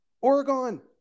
Oregon